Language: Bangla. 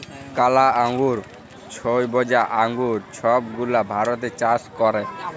কালা আঙ্গুর, ছইবজা আঙ্গুর ছব গুলা ভারতে চাষ ক্যরে